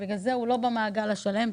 ובגלל זה הוא לא במעגל השלם,